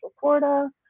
Florida